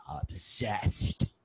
obsessed